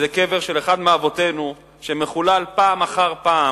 זה קבר של אחד מאבותינו, שמחולל פעם אחר פעם,